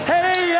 Hey